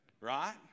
right